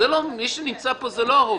--- מי שנמצא פה זה לא הרוב,